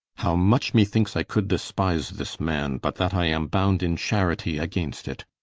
how much me thinkes, i could despise this man, but that i am bound in charitie against it